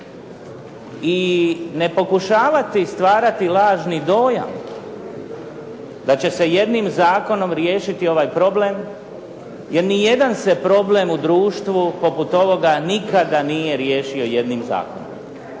i ne pokušavati stvarati lažni dojam da će se jednim zakonom riješiti ovaj problem jer ni jedan se problem u društvu poput ovoga nikada nije riješio jednim zakonom.